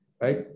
right